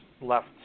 left